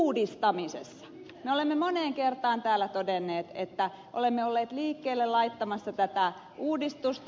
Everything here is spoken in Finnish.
me olemme moneen kertaan täällä todenneet että olemme olleet liikkeelle laittamassa tätä uudistusta